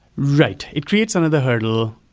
right. it creates another hurdle.